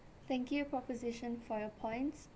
thank you proposition for your points